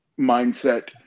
mindset